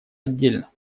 отдельно